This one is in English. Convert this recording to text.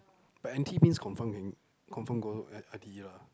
but N_T means confirm can confirm go I I_T_E lah